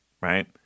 right